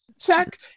Check